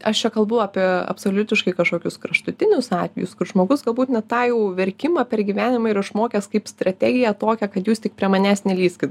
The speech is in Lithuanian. aš čia kalbu apie absoliutiškai kažkokius kraštutinius atvejus kur žmogus galbūt ne tą jau verkimą per gyvenimą yra išmokęs kaip strategiją tokią kad jūs tik prie manęs nelįskit